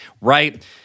right